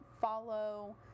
follow